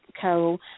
Carol